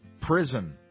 Prison